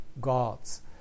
God's